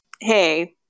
hey